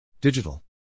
Digital